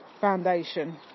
foundation